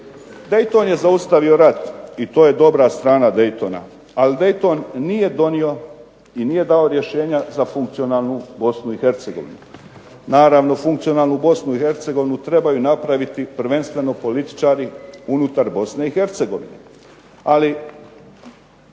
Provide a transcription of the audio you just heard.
Dayton je zaustavio rat i to je dobra strana Daytona. Ali Dayton nije donio i nije dao rješenja za funkcionalnu Bosnu i Hercegovinu. Naravno funkcionalnu Bosnu i Hercegovinu trebaju napraviti prvenstveno političari unutar Bosne i Hercegovine. Ali